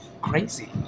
crazy